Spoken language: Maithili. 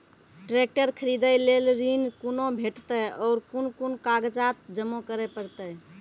ट्रैक्टर खरीदै लेल ऋण कुना भेंटते और कुन कुन कागजात जमा करै परतै?